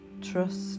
trust